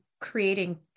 creating